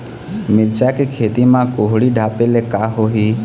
मिरचा के खेती म कुहड़ी ढापे ले का होही?